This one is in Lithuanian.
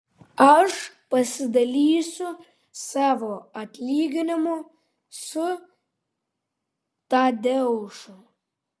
aš pasidalysiu savo atlyginimu su tadeušu